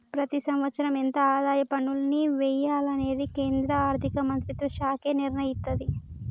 ప్రతి సంవత్సరం ఎంత ఆదాయ పన్నుల్ని వెయ్యాలనేది కేంద్ర ఆర్ధిక మంత్రిత్వ శాఖే నిర్ణయిత్తది